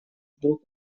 вдруг